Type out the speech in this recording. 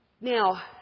Now